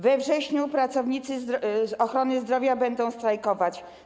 We wrześniu pracownicy ochrony zdrowia będą strajkować.